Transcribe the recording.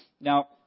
Now